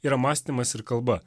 yra mąstymas ir kalba